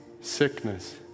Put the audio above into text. sickness